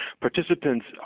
participants